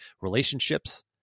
relationships